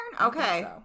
Okay